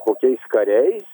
kokiais kariais